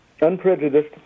unprejudiced